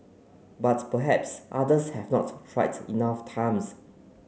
but perhaps others have not tried enough times